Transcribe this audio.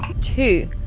Two